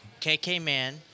Kkman